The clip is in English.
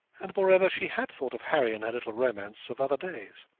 and, moreover, she had thought of harry and her little romance of other days.